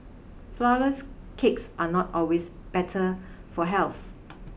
flourless cakes are not always better for health